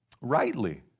rightly